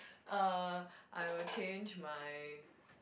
uh I will change my